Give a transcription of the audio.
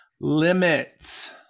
limits